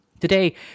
Today